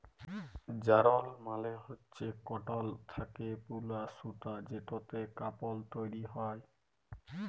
যারল মালে হচ্যে কটল থ্যাকে বুলা সুতা যেটতে কাপল তৈরি হ্যয়